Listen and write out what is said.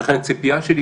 ולכן הציפייה שלי,